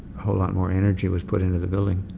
whole lot more energy was put into the building,